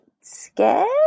scared